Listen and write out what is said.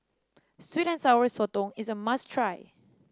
sweet and Sour Sotong is a must try